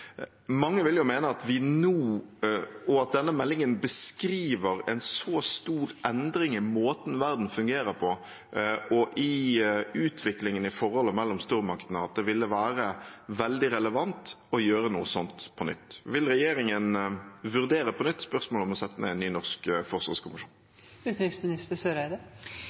Mange vil jo mene at denne meldingen beskriver en så stor endring i måten verden fungerer på og i utviklingen i forholdet mellom stormaktene, at det ville være veldig relevant å gjøre noe slikt på nytt. Vil regjeringen på nytt vurdere spørsmålet om å sette ned en ny norsk